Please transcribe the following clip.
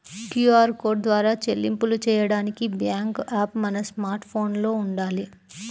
QR code ద్వారా చెల్లింపులు చెయ్యడానికి బ్యేంకు యాప్ మన స్మార్ట్ ఫోన్లో వుండాలి